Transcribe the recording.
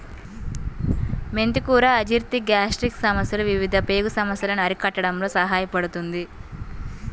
మెంతి కూర అజీర్తి, గ్యాస్ట్రిక్ సమస్యలు, వివిధ పేగు సమస్యలను అరికట్టడంలో సహాయపడుతుంది